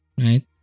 right